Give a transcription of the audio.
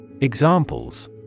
Examples